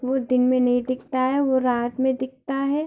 वह दिन में नहीं दिखता है वो रात में दिखता है